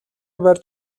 барьж